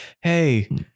Hey